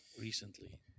recently